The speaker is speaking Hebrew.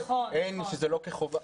שזה לא כחובה.